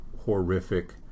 horrific